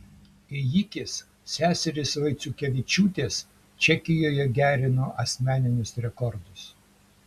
ėjikės seserys vaiciukevičiūtės čekijoje gerino asmeninius rekordus